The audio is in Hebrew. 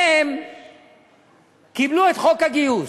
הם קיבלו את חוק הגיוס,